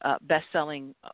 Best-selling